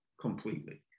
completely